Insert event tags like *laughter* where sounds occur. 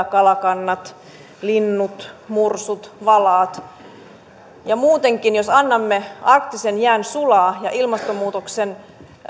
*unintelligible* kalakannat linnut mursut valaat muutenkin jos annamme arktisen jään sulaa ja ilmastonmuutoksen